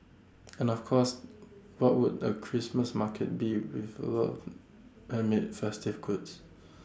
and of course what would A Christmas market be without lots of handmade festive goods